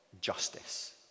justice